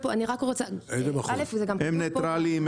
הם ניטרליים,